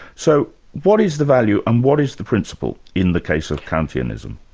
so what is the value and what is the principle in the case of kantianism?